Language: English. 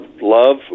love